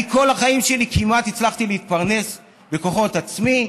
כמעט כל החיים שלי הצלחתי להתפרנס בכוחות עצמי.